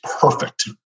perfect